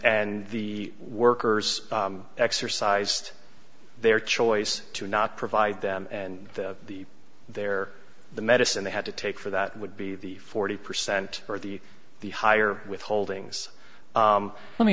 and the workers exercised their choice to not provide them and their the medicine they had to take for that would be the forty percent or the the higher withholdings let me